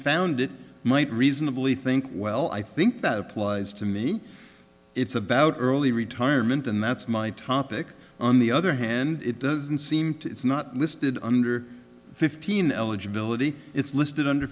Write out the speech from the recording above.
found it might reasonably think well i think that applies to me it's about early retirement and that's my topic on the other hand it doesn't seem to it's not listed under fifteen eligibility it's listed under